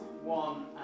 one